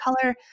color